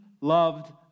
loved